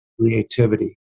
creativity